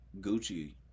Gucci